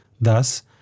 thus